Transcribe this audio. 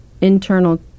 internal